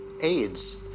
AIDS